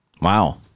Wow